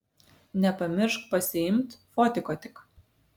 nepamiršk pasiimt fotiko tik